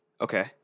Okay